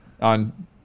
on